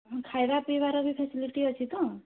ଆମ ଖାଇବା ପିଇବାର ବି ଫେସିଲିଟି ଅଛି ତ